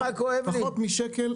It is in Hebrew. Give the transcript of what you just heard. פחות משקל לאזרח.